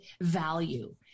value